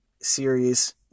series